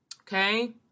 Okay